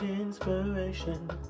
Inspiration